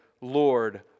Lord